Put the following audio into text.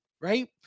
right